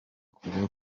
kuba